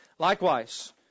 Likewise